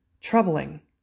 Troubling